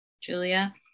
Julia